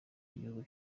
igihugu